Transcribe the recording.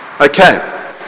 Okay